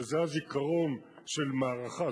שזה הזיכרון של מערכה,